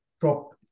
drop